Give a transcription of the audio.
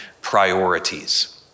priorities